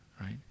right